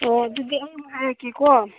ꯑꯣ ꯑꯗꯨꯗꯤ ꯑꯩ ꯑꯃꯨꯛ ꯍꯥꯏꯔꯛꯀꯦꯀꯣ